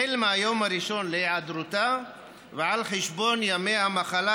החל מהיום הראשון להיעדרותה ועל חשבון ימי המחלה